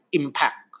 impact